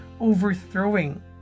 overthrowing